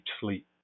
sleep